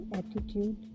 attitude